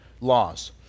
laws